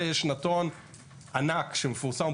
ויש שנתון ענק שמפורסם,